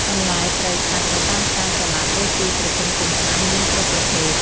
បន្លែ ត្រី សាច់នៅតាមផ្សារចល័ត ឬទីប្រជុំជនខ្លះមានគ្រប់ប្រភេទ។